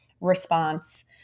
response